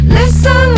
listen